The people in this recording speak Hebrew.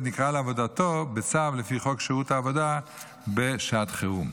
נקרא לעבודתו בצו לפי חוק שירות עבודה בשעת חירום.